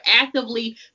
actively